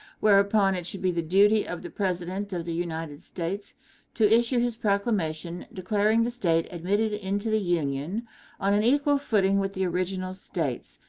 whereupon it should be the duty of the president of the united states to issue his proclamation declaring the state admitted into the union on an equal footing with the original states,